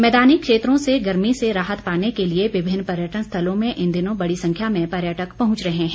मैदानी क्षेत्रों से गर्मी से राहत पाने के लिए विभिन्न पर्यटन स्थलों में इन दिनों बड़ी संख्या में पर्यटक पहुंच रहे है